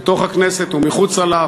בתוך הכנסת ומחוצה לה,